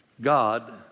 God